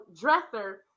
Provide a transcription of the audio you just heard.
dresser